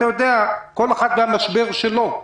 אתה יודע, כל אחד והמשבר שלו.